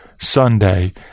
Sunday